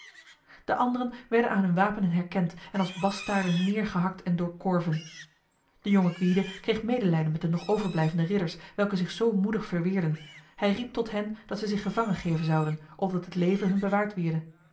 de anderen werden aan hun wapenen herkend en als bastaarden neergehakt en doorkorven de jonge gwyde kreeg medelijden met de nog overblijvende ridders welke zich zo moedig verweerden hij riep tot hen dat zij zich gevangen geven zouden opdat het leven hun bewaard wierde